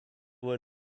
were